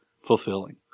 fulfilling